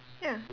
ya